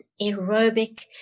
aerobic